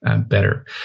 better